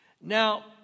Now